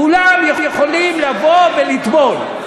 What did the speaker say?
כולם יכולים לבוא ולטבול.